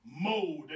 mode